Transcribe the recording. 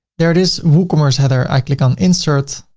there it is woocommerce header, i click on insert.